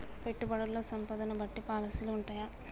పెట్టుబడుల్లో సంపదను బట్టి పాలసీలు ఉంటయా?